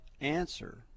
answer